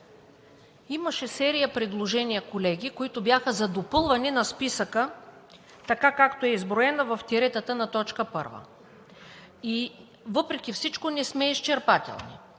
Имаше серия предложения, колеги, които бяха за допълване на списъка, така както е изброен в тиретата на точка първа и въпреки всичко не сме изчерпателни.